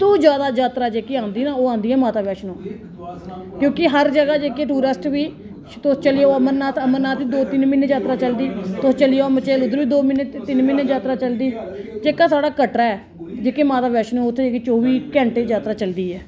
सब तू जात्तरा जेह्की आंदी ऐ ना ओह् आंदी ऐ माता वैष्णो क्योंकि हर जगह जेह्के टुरिस्ट बी तुस चली जाओ अमरनाथ अमरनाथ बी दो तिन म्हीनै जात्तरा चलदी तुस चली जाओ मचैल उद्धर बी दो तिन म्हीनै जात्तरा चलदी जेह्का साढ़ा कटरा ऐ जेह्की माता वैष्णो उत्थें चौबी घैंटे जात्तरा चलदी ऐ